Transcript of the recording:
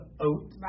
oat